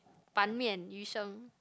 Ban Mian Yu Sheng